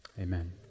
Amen